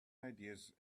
ideas